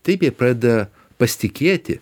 taip jie pradeda pasitikėti